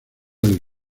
del